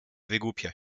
wygłupia